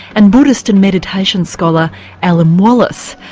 and buddhist and meditation scholar alan wallace.